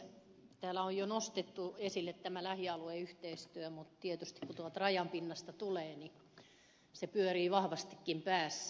täällä on jo nostettu esille lähialueyhteistyö mutta tietysti kun tuolta rajan pinnasta tulee se pyörii vahvastikin päässä